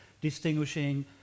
distinguishing